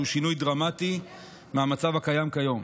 שהוא שינוי דרמטי מהמצב הקיים היום.